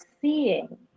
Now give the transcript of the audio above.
seeing